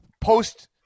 post